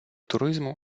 туризму